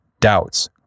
doubts